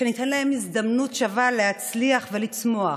שניתן להם הזדמנות שווה להצליח ולצמוח,